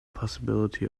possibility